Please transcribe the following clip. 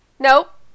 Nope